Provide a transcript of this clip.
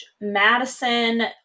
Madison